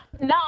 no